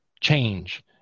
change